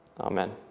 Amen